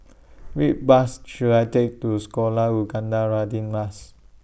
Which Bus should I Take to Sekolah Ugama Radin Mas